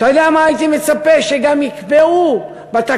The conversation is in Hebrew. אתה יודע מה הייתי מצפה שיקבעו בתקנות?